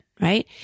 right